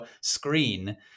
screen